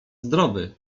zdrowy